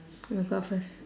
you go out first